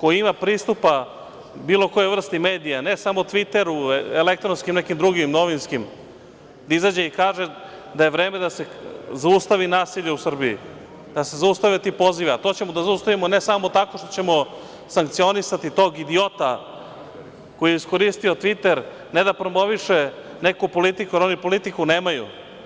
koji ima pristupa bilo kojoj vrsti medija, ne samo „Tviteru“, elektronskim, nekim drugim, novinskim, da izađe i kaže da je vreme da se zaustavi nasilje u Srbiji, da se zaustave ti pozivi, a to ćemo da zaustavimo ne samo tako što ćemo sankcionisati tog idiota koji je iskoristio „Tviter“, ne da promoviše neku politiku, jer oni politiku nemaju.